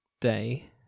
Day